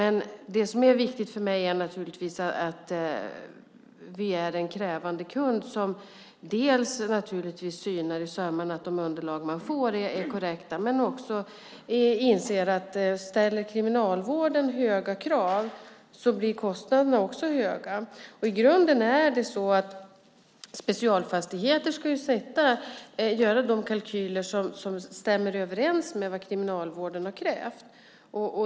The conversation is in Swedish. Men det som är viktigt för mig är naturligtvis att vi är en krävande kund som dels synar i sömmarna att de underlag man får är korrekta men också inser att om Kriminalvården ställer höga krav blir kostnaderna också höga. Grunden är att Specialfastigheter ska göra kalkyler som stämmer överens med vad Kriminalvården har kärvt.